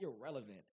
irrelevant